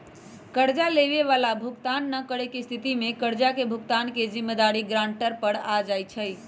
कर्जा लेबए बला भुगतान न करेके स्थिति में कर्जा के भुगतान के जिम्मेदारी गरांटर पर आ जाइ छइ